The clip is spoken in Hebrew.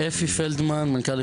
בקצרה.